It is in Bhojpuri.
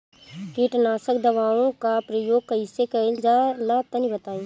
कीटनाशक दवाओं का प्रयोग कईसे कइल जा ला तनि बताई?